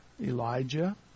Elijah